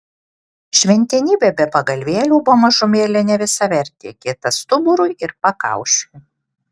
šventenybė be pagalvėlių buvo mažumėlę nevisavertė kieta stuburui ir pakaušiui